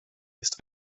ist